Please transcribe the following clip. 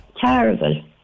Terrible